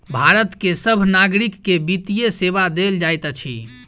भारत के सभ नागरिक के वित्तीय सेवा देल जाइत अछि